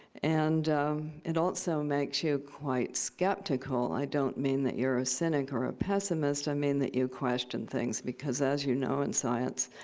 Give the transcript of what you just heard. and it also makes you quite skeptical. i don't mean that you're a cynic or a pessimist. i mean that you question things because, as you know, in science,